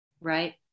right